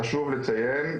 חשוב לציין,